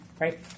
right